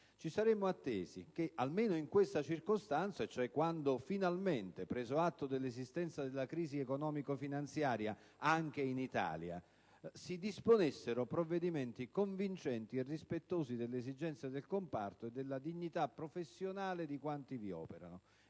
Ci saremmo attesi che almeno in questa circostanza, e cioè quando si è finalmente preso atto dell'esistenza della crisi economico-finanziaria anche in Italia, si disponessero provvedimenti convincenti e rispettosi delle esigenze del comparto e della dignità professionale di quanti vi operano.